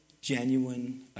genuine